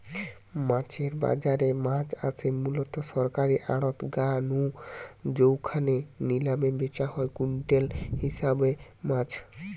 মাছের বাজারে মাছ আসে মুলত সরকারী আড়ত গা নু জউখানে নিলামে ব্যাচা হয় কুইন্টাল হিসাবে মাছ